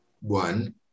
one